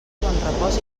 bonrepòs